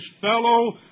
fellow